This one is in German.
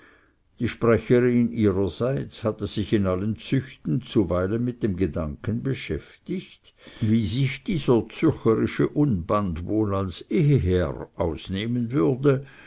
die sprecherin ihrerseits hatte sich in allen züchten zuweilen mit dem gedanken beschäftigt wie sich dieser zürcherische unband wohl als eheherr ausnehmen würde